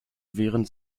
während